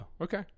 okay